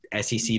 SEC